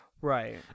Right